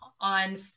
on